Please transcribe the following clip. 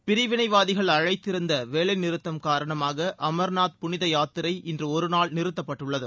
பிரிவினைவாதிகள் அழைத்திருந்த வேலை நிறுத்தம் காரணமாக அமர்நாத் புனித யாத்திரை இன்று ஒருநாள் நிறுத்தப்பட்டுள்ளது